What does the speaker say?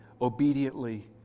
obediently